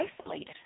isolated